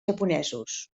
japonesos